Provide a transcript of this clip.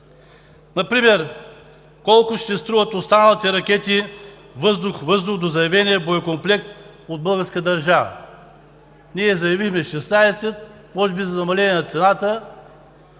Например колко ще струват останалите ракети въздух – въздух до заявения боекомплект от българската държава? Ние заявихме 16, може би за намаление на цената